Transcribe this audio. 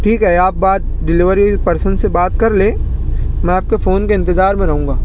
ٹھیک ہے آپ بات ڈیلیوری پرسن سے بات کر لیں میں آپ کے فون کے انتظار میں رہوں گا